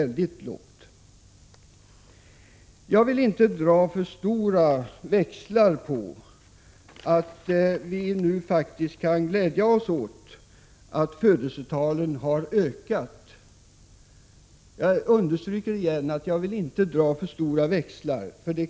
Jag understryker att jag inte vill dra för stora växlar på det förhållandet att vi nu faktiskt kan glädja oss åt att födelsetalet har ökat. Det kan vara olika omständigheter som gör detta.